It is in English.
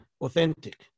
authentic